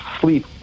sleep